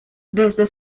desde